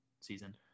season